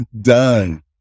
done